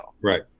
Right